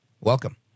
Welcome